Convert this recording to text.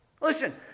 listen